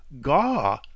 gaw